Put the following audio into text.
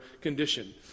condition